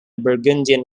burgundian